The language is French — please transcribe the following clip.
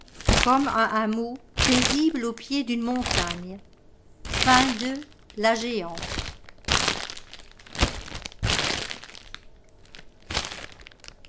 comme un hameau paisible au pied d'une montagne